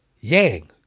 yang